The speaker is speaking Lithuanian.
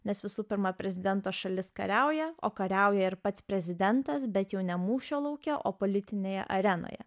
nes visų pirma prezidento šalis kariauja o kariauja ir pats prezidentas bet jau ne mūšio lauke o politinėje arenoje